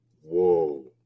whoa